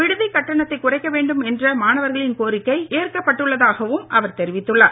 விடுதிக் கட்டணத்தை குறைக்க வேண்டும் என்ற மாணவர்களின் கோரிக்கை ஏற்கப் பட்டுள்ளதாகவும் அவர் தெரிவித்துள்ளார்